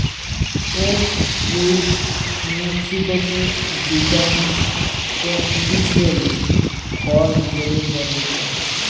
egg fruit মেক্সিকোতে যুগান ক্যান্টিসেল ফল হিসেবে পরিচিত